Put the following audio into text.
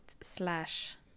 slash